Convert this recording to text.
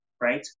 right